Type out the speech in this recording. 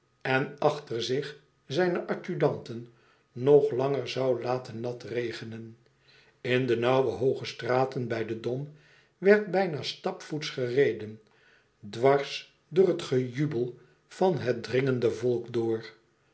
en achter hem zijne adjudanten nog langer zoû laten nat regenen in de nauwe hooge straten bij den dom werd bijna stapvoets gereden dwars door het gejubel van het dringende volk door